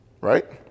Right